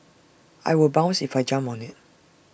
I will bounce if I jump on IT